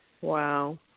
Wow